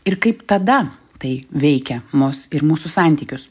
ir kaip tada tai veikia mus ir mūsų santykius